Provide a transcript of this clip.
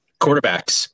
Quarterbacks